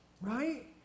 right